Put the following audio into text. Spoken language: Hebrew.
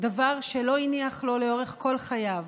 דבר שלא הניח לו לאורך כל חייו,